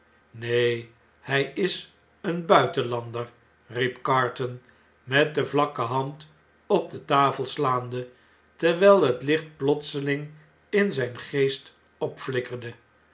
neen hjj is een buitenlander riep carton met de vlakke hand op de tafel slaande terwijl het licht plotseling in zp geest opflikkerde